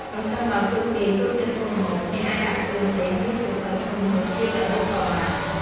ប្រសិនបើពួកគេចូលចិត្តធ្វើម្ហូប អ្នកអាចដាក់គ្រឿងទេស ឬសៀវភៅធ្វើម្ហូប ជាកាដូក៏បាន។